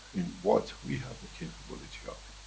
in what we have the capability of.